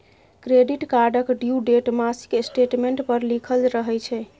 credit कार्डक due date मासिक statement पर लिखल रहय छै